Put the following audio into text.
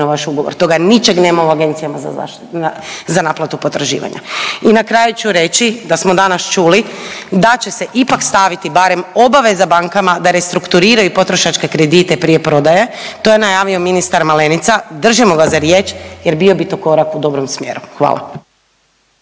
vaš ugovor, toga ničeg nema u agencijama za naplatu potraživanja. I na kraju ću reći da smo danas čuli da će se ipak staviti barem obaveza bankama da restrukturiraju potrošačke kredite prije prodaje, to je najavio ministar Malenica, držimo ga za riječ jer bio bi to korak u dobrom smjeru. Hvala.